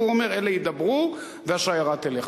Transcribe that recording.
והוא אומר: אלה ידברו והשיירה תלך.